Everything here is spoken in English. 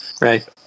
Right